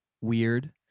weird